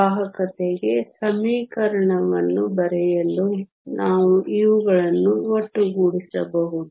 ವಾಹಕತೆಗೆ ಸಮೀಕರಣವನ್ನು ಬರೆಯಲು ನಾವು ಇವುಗಳನ್ನು ಒಟ್ಟುಗೂಡಿಸಬಹುದು